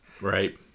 right